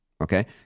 Okay